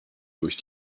durch